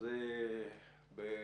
שזה יהיה